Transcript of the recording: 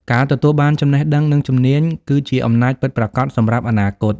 ការទទួលបានចំណេះដឹងនិងជំនាញគឺជាអំណាចពិតប្រាកដសម្រាប់អនាគត។